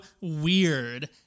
weird